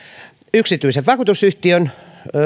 yksityisen vakuutusyhtiön